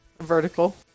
Vertical